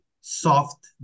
soft